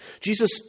Jesus